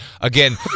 again